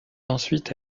ensuite